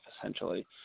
essentially